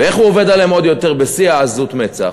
ואיך הוא עובד עליהם עוד יותר, בשיא עזות המצח?